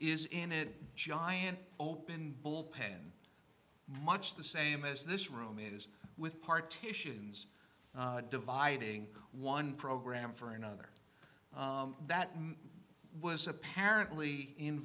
is in it giant open bullpen much the same as this room is with partitions dividing one program for another that man was apparently in